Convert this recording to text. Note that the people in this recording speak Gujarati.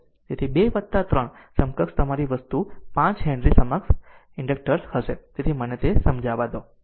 તેથી 2 વત્તા આ 3 સમકક્ષ તમારી વસ્તુ 5 હેનરી સમકક્ષ ઇન્ડક્ટર્સ હશે તેથી મને તે સમજાવા દો